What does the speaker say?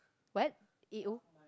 what A_O